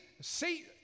see